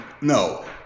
No